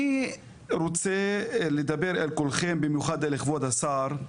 אני רוצה לדבר אל כולכם, במיוחד אל כבוד השר.